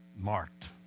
marked